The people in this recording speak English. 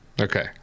Okay